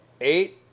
Eight